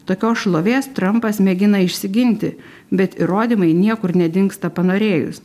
tokios šlovės trampas mėgina išsiginti bet įrodymai niekur nedingsta panorėjus